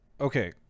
Okay